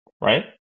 right